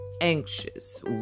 anxious